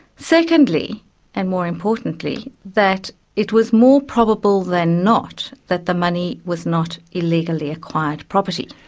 secondly and more importantly that it was more probable than not that the money was not illegally acquired property.